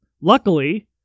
Luckily